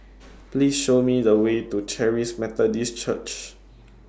Please Show Me The Way to Charis Methodist Church